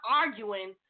arguing